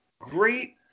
great